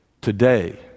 Today